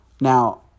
Now